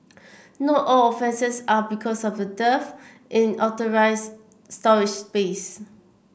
not all offences are because of a dearth in authorised storage space